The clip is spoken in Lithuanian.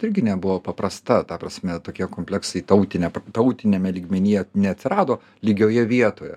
irgi nebuvo paprasta ta prasme tokie kompleksai tautine tarptautiniame lygmenyje neatsirado lygioje vietoje